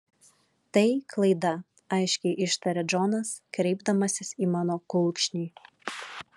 tai klaida aiškiai ištaria džonas kreipdamasis į mano kulkšnį